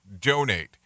donate